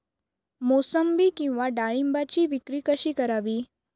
मोसंबी किंवा डाळिंबाची विक्री कशी करावी?